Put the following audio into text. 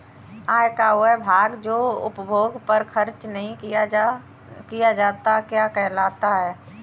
आय का वह भाग जो उपभोग पर खर्च नही किया जाता क्या कहलाता है?